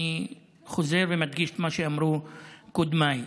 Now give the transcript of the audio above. אני חוזר ומדגיש את מה שאמרו קודמיי: